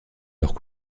leurs